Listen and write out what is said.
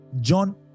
John